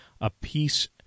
apiece